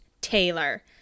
Taylor